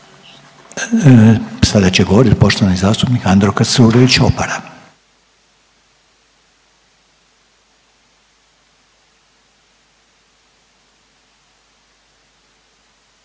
Sada će govoriti poštovani zastupnik Andro Krstulović Opara.